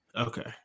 Okay